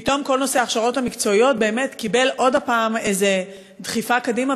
פתאום כל נושא ההכשרות המקצועיות קיבל עוד פעם איזו דחיפה קדימה,